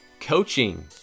Coaching